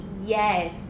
yes